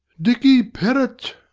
dicky perrott!